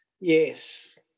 yes